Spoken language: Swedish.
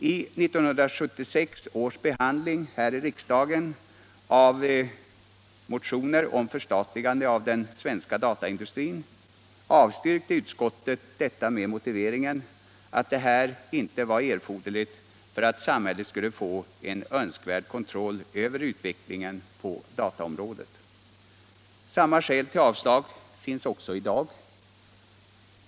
Vid 1976 års behandling här i riksdagen av motioner om förstatligande av den svenska dataindustrin avstyrkte utskottet detta med motiveringen att det inte var erforderligt för att samhället skulle få en önskvärd kontroll över utvecklingen på dataområdet. Samma skäl till avslag finns också i dag.